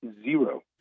Zero